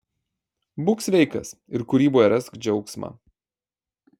būk sveikas ir kūryboje rask džiaugsmą